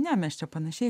ne mes čia panašiai